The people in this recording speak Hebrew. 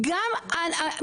אנשי